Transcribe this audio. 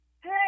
Hey